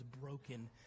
broken